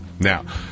Now